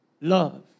love